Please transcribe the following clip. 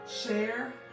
share